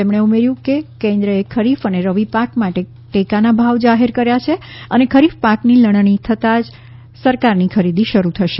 તેમણે ઉમેર્યું કે કેન્દ્રચે ખરીફ અને રવી પાક માટે ટેકાના ભાવ જાહેર કરી દીધા છે અને ખરીફ પાકની લણણી થતાં જ સરકારની ખરીદી શરૂ થશે